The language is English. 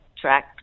track